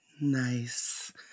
Nice